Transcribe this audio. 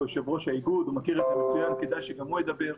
הוא יושב-ראש האיגוד וכדאי שגם הוא ידבר,